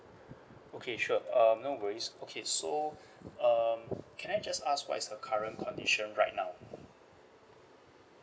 okay sure um no worries okay so um can I just ask what is her current condition right now